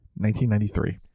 1993